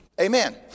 amen